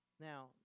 Now